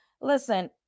Listen